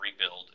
rebuild